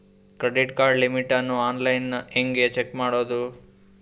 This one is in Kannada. ಕ್ರೆಡಿಟ್ ಕಾರ್ಡ್ ಲಿಮಿಟ್ ಅನ್ನು ಆನ್ಲೈನ್ ಹೆಂಗ್ ಚೆಕ್ ಮಾಡೋದು?